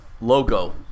logo